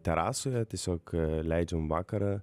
terasoje tiesiog leidžiam vakarą